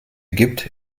gibt